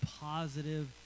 positive